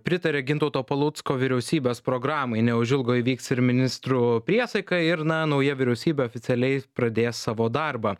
pritarė gintauto palucko vyriausybės programai neužilgo įvyks ir ministrų priesaika ir na nauja vyriausybė oficialiai pradės savo darbą